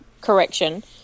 correction